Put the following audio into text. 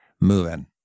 moving